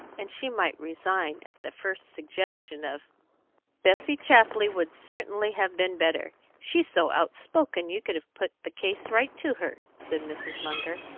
and she might resign at the first suggestion of bessie chapley would certainly have been better. she's so outspoken you could have put the case right to her, said mrs. munger.